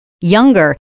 younger